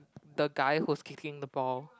the guy who's kicking the ball